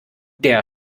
der